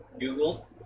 Google